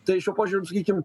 tai šiuo požiūriu sakykim